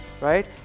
right